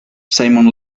simon